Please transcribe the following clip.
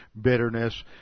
bitterness